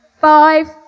Five